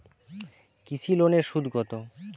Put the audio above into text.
কৃষি লোনের সুদ কত?